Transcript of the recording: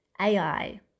AI